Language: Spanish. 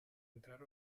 entrar